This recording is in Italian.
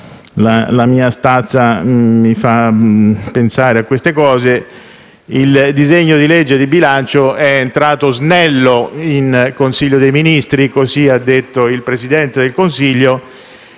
la mia stazza mi fa pensare a queste cose - che il disegno di legge di bilancio è entrato snello in Consiglio dei ministri - così ha detto il Presidente del Consiglio